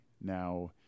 Now